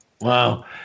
wow